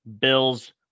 Bills